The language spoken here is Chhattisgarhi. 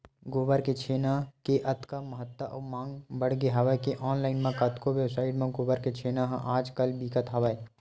गोबर के छेना के अतका महत्ता अउ मांग बड़गे हवय के ऑनलाइन म कतको वेबसाइड म गोबर के छेना ह आज कल बिकत हवय